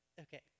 okay